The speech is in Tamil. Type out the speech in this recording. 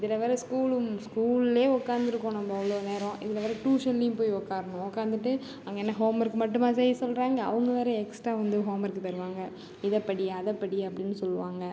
இதில் வேறு ஸ்கூலும் ஸ்கூல்லே உட்காந்துருக்கோம் நம்ம இவ்வளோ நேரம் இதில் வேறு ட்யூஷன்லியும் போய் உட்கார்ணும் உட்காந்துட்டு அங்கே என்ன ஹோம் ஒர்க் மட்டுமா செய்ய சொல்கிறாங்க அவங்க வேறு எக்ஸ்ட்டா வந்து ஹோம் ஒர்க் தருவாங்க இதை படி அதை படி அப்படின்னு சொல்லுவாங்க